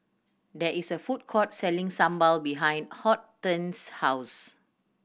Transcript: there is a food court selling sambal behind Hortense's house